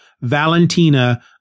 Valentina